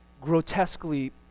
grotesquely